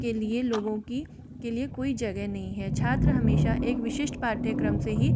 के लिए लोगों की के लिए कोई जगह नहीं है छात्र हमेशा एक विशिष्ट पाठयक्रम से ही